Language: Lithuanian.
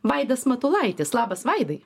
vaidas matulaitis labas vaidai